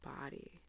body